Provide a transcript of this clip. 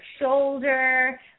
shoulder